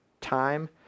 time